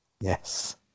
Yes